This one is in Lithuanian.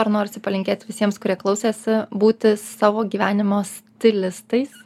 ar norisi palinkėt visiems kurie klausėsi būti savo gyvenimo stilistais